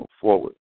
forward